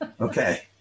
Okay